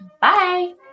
Bye